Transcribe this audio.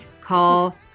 call